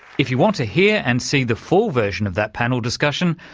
if you want to hear and see the full version of that panel discussion,